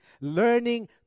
learning